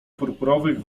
purpurowych